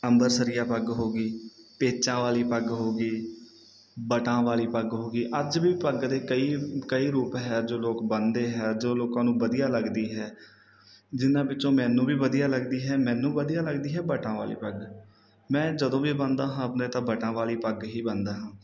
ਅੰਮ੍ਰਿਤਸਰੀਆ ਪੱਗ ਹੋ ਗਈ ਪੇਚਾਂ ਵਾਲੀ ਪੱਗ ਹੋ ਗਈ ਬਟਾਂ ਵਾਲੀ ਪੱਗ ਹੋ ਗਈ ਅੱਜ ਵੀ ਪੱਗ ਦੇ ਕਈ ਕਈ ਰੂਪ ਹੈ ਜੋ ਲੋਕ ਬੰਨ੍ਹਦੇ ਹੈ ਜੋ ਲੋਕਾਂ ਨੂੰ ਵਧੀਆ ਲੱਗਦੀ ਹੈ ਜਿਹਨਾਂ ਵਿੱਚੋਂ ਮੈਨੂੰ ਵੀ ਵਧੀਆ ਲੱਗਦੀ ਹੈ ਮੈਨੂੰ ਵਧੀਆ ਲੱਗਦੀ ਹੈ ਬਟਾਂ ਵਾਲੀ ਪੱਗ ਮੈਂ ਜਦੋਂ ਵੀ ਬੰਨਦਾ ਹਾਂ ਆਪਣੇ ਤਾਂ ਬਟਾਂ ਵਾਲੀ ਪੱਗ ਹੀ ਬੰਨ੍ਹਦਾ ਹਾਂ